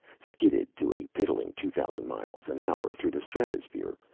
skidded to a piddling two-thousand miles, an hour through the stratosphere,